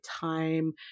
time